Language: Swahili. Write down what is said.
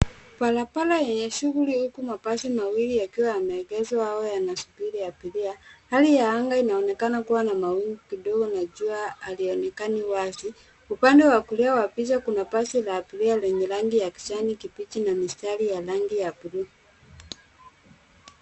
Barabara yenye shughuli huku mabasi mawili yakiwa yameengezwa au yanasubiri abiria. Hali ya anga inaonekana kuwa na mawingu kidogo na jua halionekani wazi. Upande wa kulia wa picha kuna basi la abiria lenye rangi ya kijani kibichi na mistari ya rangi ya buluu.